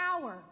power